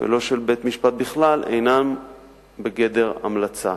ולא של בית-משפט בכלל, אינם בגדר המלצה.